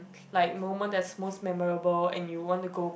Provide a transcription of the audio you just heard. like moments that most memorable and you want to go